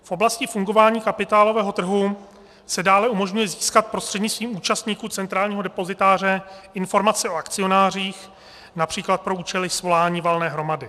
V oblasti fungování kapitálového trhu se dále umožňuje získat prostřednictvím účastníků centrálního depozitáře informace o akcionářích například pro účely svolání valné hromady.